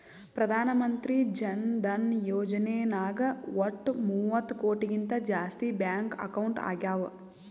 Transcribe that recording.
ಪ್ರಧಾನ್ ಮಂತ್ರಿ ಜನ ಧನ ಯೋಜನೆ ನಾಗ್ ವಟ್ ಮೂವತ್ತ ಕೋಟಿಗಿಂತ ಜಾಸ್ತಿ ಬ್ಯಾಂಕ್ ಅಕೌಂಟ್ ಆಗ್ಯಾವ